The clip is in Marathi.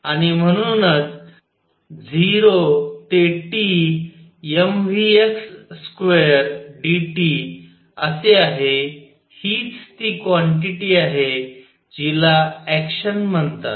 आणि म्हणूनच 0 ते T mvx2dt असे आहे हीच ती क्वांटिटी आहे जिला ऍक्शन म्हणतात